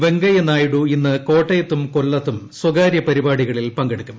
വെങ്കയ്യനായിഡു ഇന്ന് കോട്ടയത്തും കൊല്ലത്തും സ്വകാര്യപരിപാടികളിൽ പങ്കെടുക്കും